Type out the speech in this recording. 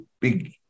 big